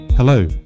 Hello